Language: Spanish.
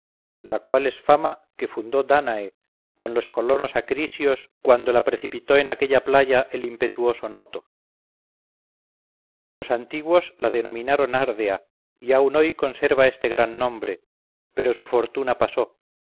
la cual es fama que fundó dánae con los colonos acrisios cuando la precipitó en aquella playa el impetuoso noto los antiguos la denominaron árdea y aún hoy conserva este gran nombre pero su fortuna pasó